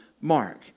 Mark